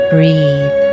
Breathe